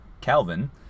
Calvin